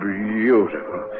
beautiful